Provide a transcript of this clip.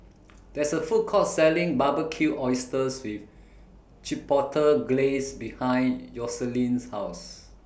There IS A Food Court Selling Barbecued Oysters with Chipotle Glaze behind Yoselin's House